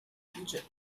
future